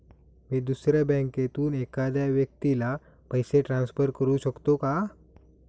मी दुसऱ्या बँकेतून एखाद्या व्यक्ती ला पैसे ट्रान्सफर करु शकतो का?